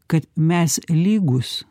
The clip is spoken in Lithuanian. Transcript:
kad mes lygūs